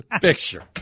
picture